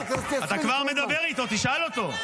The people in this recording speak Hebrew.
אתה כבר מדבר איתו, תשאל אותו.